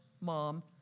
Mom